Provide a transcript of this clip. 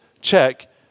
check